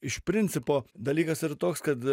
iš principo dalykas yra toks kad